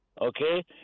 okay